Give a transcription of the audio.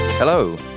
Hello